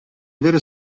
avere